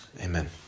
Amen